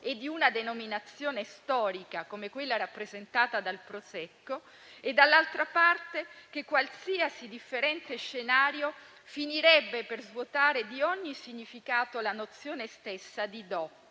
e di una denominazione storica, come quella rappresentata dal Prosecco. D'altra parte, qualsiasi differente scenario finirebbe per svuotare di ogni significato la nozione stessa di DOP